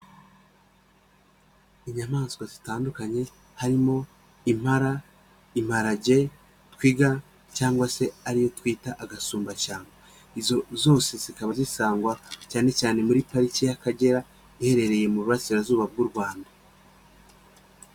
Inyamaswa zitandukanye harimo: impara, imparage, twiga cyangwa se ariyo twita agasumbashyamba. Izo zose zikaba zisangwa cyane cyane muri pariki y'Akagera, iherereye mu burasirazuba bw'u Rwanda.